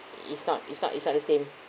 it's not it's not it's not the same